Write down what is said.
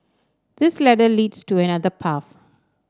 this ladder leads to another path